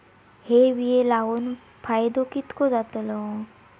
हे बिये लाऊन फायदो कितको जातलो?